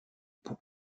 pour